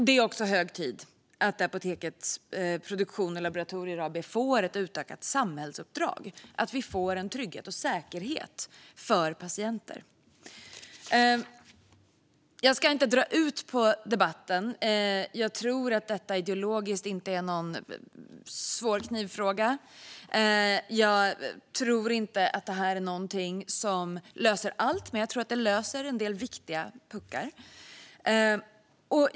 Det är också hög tid att Apotek Produktion & Laboratorier AB får ett utökat samhällsuppdrag så att vi får en trygghet och säkerhet för patienter. Jag ska inte dra ut på debatten, för jag tror inte att detta är någon knivig fråga ideologiskt. Jag tror inte att det här är någonting som löser allt, men jag tror att det löser en del viktiga puckar.